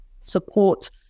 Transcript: support